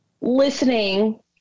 listening